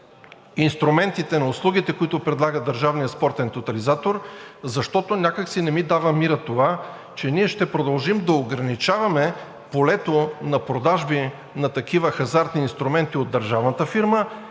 на инструментите, на услугите, които предлага Държавният спортен тотализатор, защото някак си не ми дава мира това, че ние ще продължим да ограничаваме полето на продажби на такива хазартни инструменти от държавната фирма